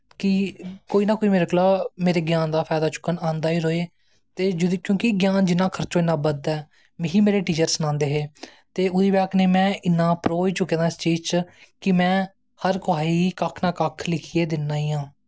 कि कोई ना कोई मेरे ग्यान दा फैदा चुक्कन आंदा गैे र'वै ते क्योंकि ग्यान जिन्ना खर्चै उन्ना बधदा ऐ मिगी बड़े टीचरस सनांदे हे ते ओह्दी बजह कन्नै में इन्ना होई चुके दा ऐं एक चीज च कि में कुसै गी कक्ख ना कक्ख लिखियै दिन्ना गै आं